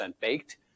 baked